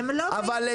אבל,